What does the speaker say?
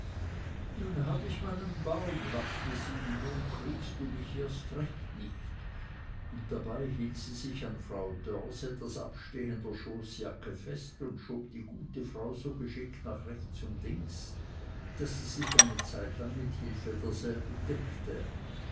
nun hab ich meinen baum lachte sie nun kriegst du mich erst recht nicht und dabei hielt sie sich an frau dörrs etwas abstehender schoßjacke fest und schob die gute frau so geschickt nach rechts und links daß sie sich eine zeitlang mit hilfe derselben deckte